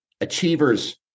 achievers